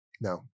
No